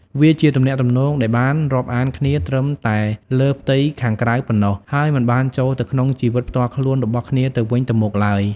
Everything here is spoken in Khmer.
វាជាទំនាក់ទំនងដែលបានរាប់អានគ្នាត្រឹមតែលើផ្ទៃខាងក្រៅប៉ុណ្ណោះ ហើយមិនបានចូលទៅក្នុងជីវិតផ្ទាល់ខ្លួនរបស់គ្នាទៅវិញទៅមកឡើយ។